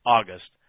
August